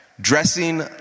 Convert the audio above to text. Dressing